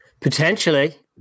potentially